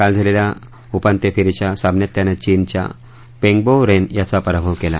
काल झालेल्या उपात्य फेरीच्या सामन्यात त्यानं चीनच्या पेंगबो रेन याचा पराभव केला